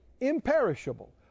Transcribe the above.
imperishable